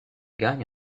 gagne